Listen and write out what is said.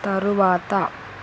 తరువాత